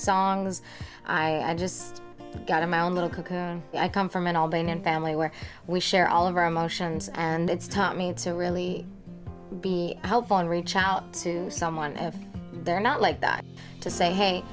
songs i just got a mound little could i come from an all day and family where we share all of our emotions and it's taught me to really be helpful and reach out to someone if they're not like that to say hey